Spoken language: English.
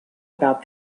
about